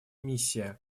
миссия